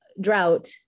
drought